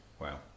Wow